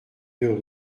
deux